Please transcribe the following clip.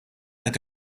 qed